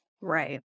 Right